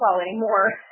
anymore